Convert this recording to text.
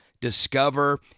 discover